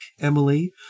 Emily